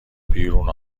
بیرون